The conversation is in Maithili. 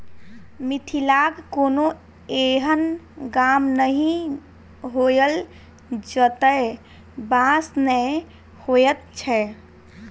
मिथिलाक कोनो एहन गाम नहि होयत जतय बाँस नै होयत छै